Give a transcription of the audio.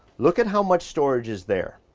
look at how much storage is there.